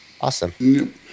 awesome